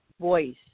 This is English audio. voice